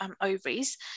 ovaries